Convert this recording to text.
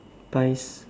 pies